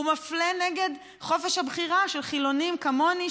הוא מפלה נגד חופש הבחירה של חילונים כמוני,